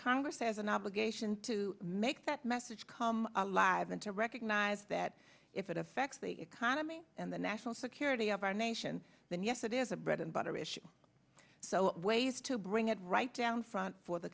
congress has an obligation to make that message come alive and to recognize that if it affects the economy and the national security of our nation then yes it is a bread and butter issue so ways to bring it right down front for the